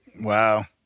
Wow